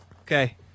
Okay